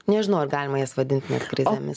nežinau ar galima jas vadint ne krizėmis